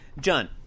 John